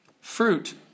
Fruit